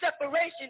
separation